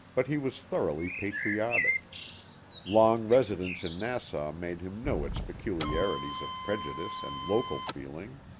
but he was thoroughly patriotic long residence in nassau made him know its peculiarities of prejudice and local feeling.